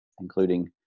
including